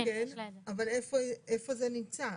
איפה זה נמצא?